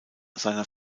seiner